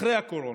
אחרי הקורונה.